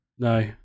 No